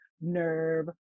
nerve